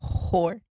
whore